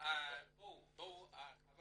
חבר